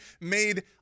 made